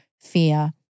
fear